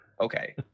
Okay